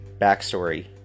backstory